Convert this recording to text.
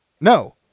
No